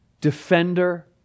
defender